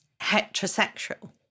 heterosexual